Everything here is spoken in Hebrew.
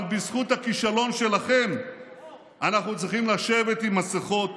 אבל בזכות הכישלון שלכם אנחנו צריכים לשבת עם מסכות,